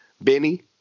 Benny